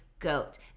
GOAT